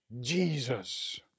jesus